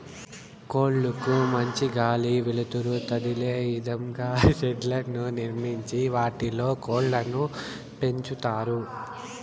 కోళ్ళ కు మంచి గాలి, వెలుతురు తదిలే ఇదంగా షెడ్లను నిర్మించి వాటిలో కోళ్ళను పెంచుతారు